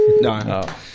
No